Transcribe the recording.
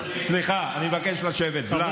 סליחה, אני מבקש לשבת, ולאד.